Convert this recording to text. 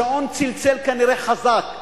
השעון צלצל כנראה חזק,